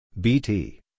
Bt